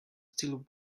still